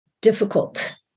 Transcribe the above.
difficult